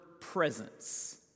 presence